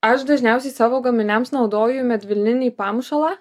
aš dažniausiai savo gaminiams naudoju medvilninį pamušalą